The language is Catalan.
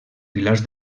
pilars